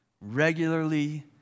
regularly